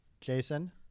Jason